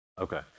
Okay